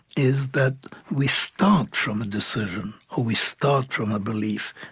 is that we start from a decision, or we start from a belief,